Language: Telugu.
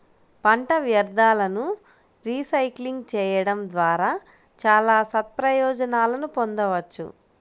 పంట వ్యర్థాలను రీసైక్లింగ్ చేయడం ద్వారా చాలా సత్ప్రయోజనాలను పొందవచ్చు